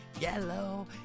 yellow